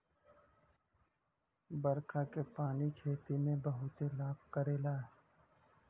बरखा के पानी खेती में बहुते लाभ करेला